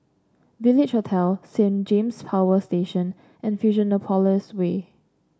Village Hotel Saint James Power Station and Fusionopolis Way